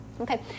Okay